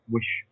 Wish